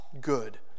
good